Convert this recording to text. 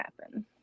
happen